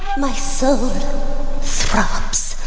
my soul throbs.